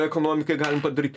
ekonomikai galim padaryt